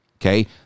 okay